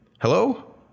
Hello